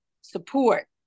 support